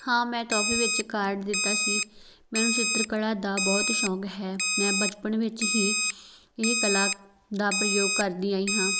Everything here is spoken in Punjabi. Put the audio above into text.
ਹਾਂ ਮੈਂ ਤੋਹਫ਼ੇ ਵਿੱਚ ਕਾਰਡ ਦਿੱਤਾ ਸੀ ਮੈਨੂੰ ਚਿੱਤਰਕਲਾ ਦਾ ਬਹੁਤ ਸ਼ੌਂਕ ਹੈ ਮੈਂ ਬਚਪਨ ਵਿੱਚ ਹੀ ਇਹ ਕਲਾ ਦਾ ਪ੍ਰਯੋਗ ਕਰਦੀ ਆਈ ਹਾਂ